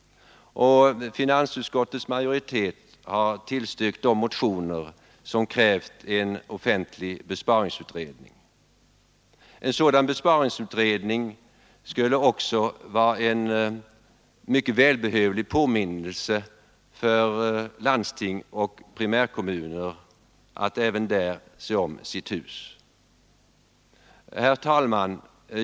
Finansutskottets majoritet har tillstyrkt de motioner som krävt en offentlig besparingsutredning. En sådan besparingsutredning skulle också vara en mycket välbehövlig påminnelse för landsting och primärkommuner att även där se om sitt hus. Herr talman!